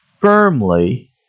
firmly